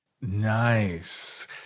Nice